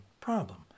problem